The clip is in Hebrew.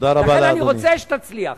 לכן אני רוצה שתצליח.